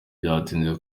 byatinze